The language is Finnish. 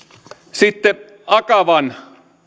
sitten akavan